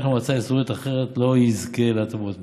למועצה אזורית אחרת לא יזכה להטבות מס.